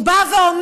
הוא בא ואומר: